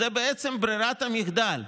זאת בעצם ברירת המחדל.